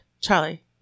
Charlie